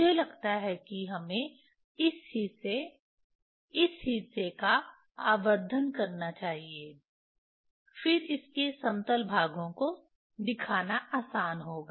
मुझे लगता है कि हमें इस हिस्से इस हिस्से का आवर्धन करना चाहिए फिर इसके समतल भागों को दिखाना आसान होगा